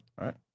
right